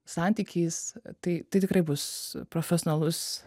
santykiais tai tai tikrai bus profesionalus